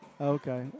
Okay